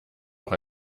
auch